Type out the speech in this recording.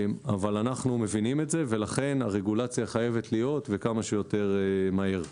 אנחנו מבינים את זה ולכן הרגולציה חייבת להיות וכמה שיותר מהר.